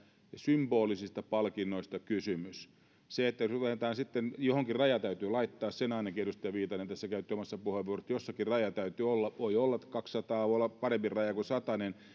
symbolisista palkinnoista kysymys se että jos ruvetaan sitten johonkin raja täytyy laittaa sen ainakin edustaja viitanen tässä käytti omassa puheenvuorossaan että jossakin raja täytyy olla voi olla että kaksisataa voi olla parempi raja kuin satanen